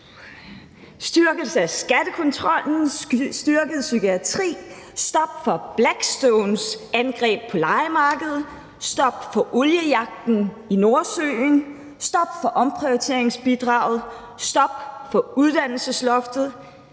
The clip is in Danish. styrkelse af skattekontrollen, en styrket psykiatri, et stop for Blackstones angreb på lejemarkedet, et stop for oliejagten i Nordsøen, et stop for omprioriteringsbidraget, et stop for uddannelsesloftet,